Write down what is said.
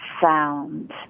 sound